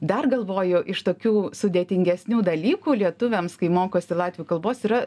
dar galvoju iš tokių sudėtingesnių dalykų lietuviams kai mokosi latvių kalbos yra